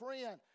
friend